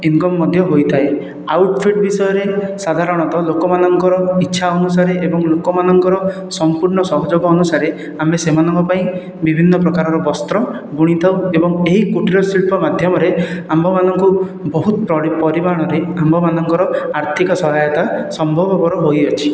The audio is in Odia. ଇନକମ୍ ମଧ୍ୟ ହୋଇଥାଏ ଆଉଟଫିଟ୍ ବିଷୟରେ ସାଧାରଣତଃ ଲୋକମାନଙ୍କର ଇଚ୍ଛା ଅନୁସାରେ ଓ ଲୋକମାନଙ୍କର ସମ୍ପୂର୍ଣ୍ଣ ସହଯୋଗ ଅନୁସାରେ ଆମେ ସେମାନଙ୍କ ପାଇଁ ବିଭିନ୍ନ ପ୍ରକାରର ବସ୍ତ୍ର ବୁଣିଥାଉ ଏବଂ ଏହି କୁଟୀରଶିଳ୍ପ ମାଧ୍ୟମରେ ଆମ୍ଭମାନଙ୍କୁ ବହୁତ ପରିମାଣରେ ଆମ୍ଭମାନଙ୍କର ଆର୍ଥିକ ସହାୟତା ସମ୍ଭବପର ହୋଇଅଛି